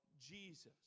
Jesus